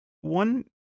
One